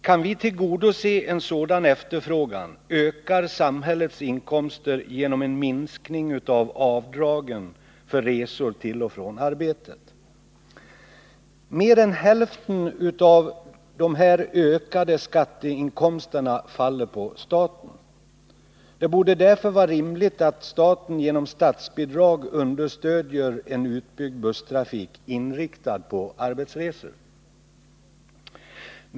Kan vi tillgodose en sådan efterfrågan ökar samhällets inkomster genom en minskning av avdragen för resor till och från arbetet. Mer än hälften av dessa ökade skatteinkomster faller på staten. Det borde därför vara rimligt att staten genom statsbidrag understödjer en utbyggd busstrafik inriktad på arbetsresor.